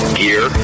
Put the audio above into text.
gear